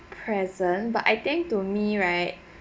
present but I think to me right